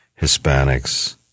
Hispanics